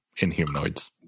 Inhumanoids